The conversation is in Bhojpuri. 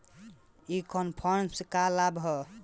ई कॉमर्स क का लाभ ह?